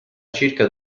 circa